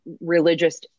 religious